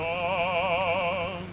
oh